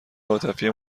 عاطفی